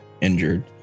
injured